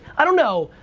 i don't know,